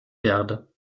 verde